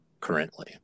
currently